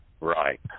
Right